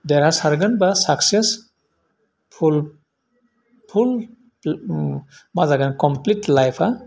देरहासारगोन बा successful उम मा जागोन कमफ्लिट लाइफआ